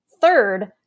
Third